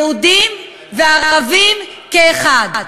יהודים וערבים כאחד.